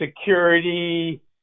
security